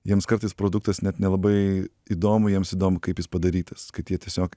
jiems kartais produktas net nelabai įdomu jiems įdomu kaip jis padarytas kad jie tiesiog